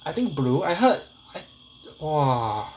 I think blue I heard I !wah!